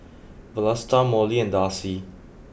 Vlasta Mollie and Darci